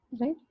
Right